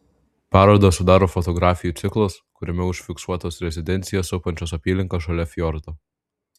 parodą sudaro fotografijų ciklas kuriame užfiksuotos rezidenciją supančios apylinkės šalia fjordo